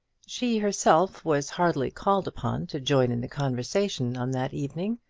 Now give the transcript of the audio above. she, herself, was hardly called upon to join in the conversation on that evening,